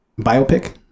biopic